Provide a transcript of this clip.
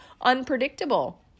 unpredictable